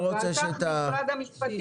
ועל כך משרד המשפטים יצטרך לתת למענה.